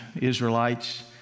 Israelites